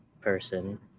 person